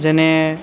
যেনে